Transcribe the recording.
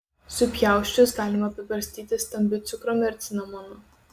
supjausčius galima apibarstyti stambiu cukrumi ir cinamonu